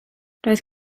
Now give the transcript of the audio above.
roedd